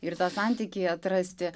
ir tą santykį atrasti